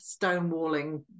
stonewalling